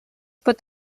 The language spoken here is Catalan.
pot